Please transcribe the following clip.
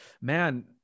man